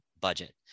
budget